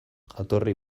jatorri